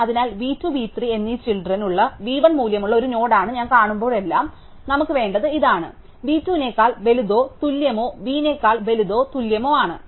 അതിനാൽ v 2 v 3 എന്നീ children ഉള്ള v 1 മൂല്യമുള്ള ഒരു നോഡ് ആണ് ഞാൻ കാണുമ്പോഴെല്ലാം നമുക്ക് വേണ്ടത് ഇതാണ് v 2 നെക്കാൾ വലുതോ തുല്യമോ v നെക്കാൾ വലുതോ തുല്യമോ ആണ്